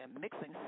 mixing